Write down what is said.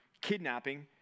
kidnapping